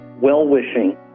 well-wishing